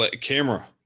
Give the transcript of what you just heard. Camera